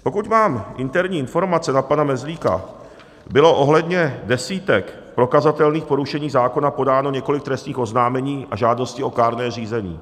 Pokud mám interní informace na pana Mezlíka, bylo ohledně desítek prokazatelných porušení zákona podáno několik trestních oznámení a žádostí o kárné řízení.